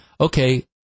okay